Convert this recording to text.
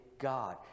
God